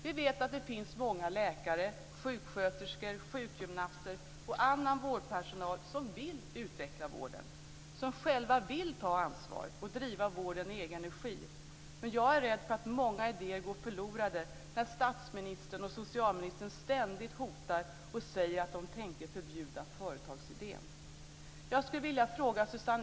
Vi vet att det finns många läkare, sjuksköterskor, sjukgymnaster och annan vårdpersonal som vill utveckla vården, som själva vill ta ansvaret och driva vården i egen regi. Men jag är rädd för att många idéer går förlorade när statsministern och socialministern ständigt hotar och säger att de tänker förbjuda företagsidén.